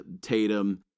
Tatum